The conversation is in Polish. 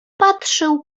patrzył